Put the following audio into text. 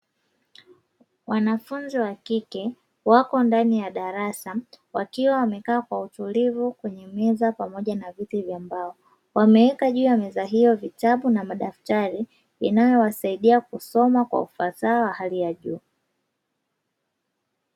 Wanafunzi wa kike wako ndani ya darasa, wakiwa wamekaa kwa utulivu kwenye meza pamoja na viti vya mbao. Wameweka juu ya meza hiyo vitabu na madaftari, inayowasaidia kusoma kwa ufasaha wa hali ya juu.